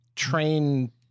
train